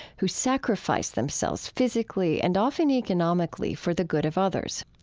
who sacrifice themselves physically and often economically for the good of others.